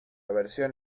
versión